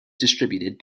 distributed